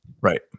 Right